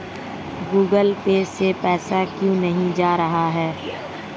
Google Pay से पैसा क्यों नहीं जा रहा है?